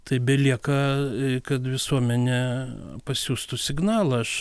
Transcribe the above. tai belieka kad visuomenė pasiųstų signalą aš